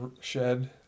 shed